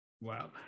Wow